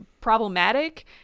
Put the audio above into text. problematic